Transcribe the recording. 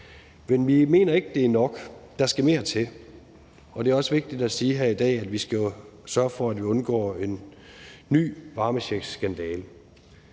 men vi mener ikke, det er nok; der skal mere til. Og det er også vigtigt at sige her i dag, at vi skal sørge for, at vi undgår, at der kommer en